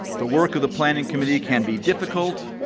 the work of the planning committee can be difficult,